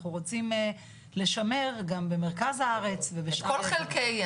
אנחנו רוצים לשמר גם במרכז הארץ ובשאר --- כל חלקי.